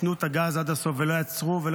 ייתנו את הגז עד הסוף ולא יעצרו ולא